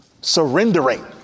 surrendering